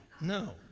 no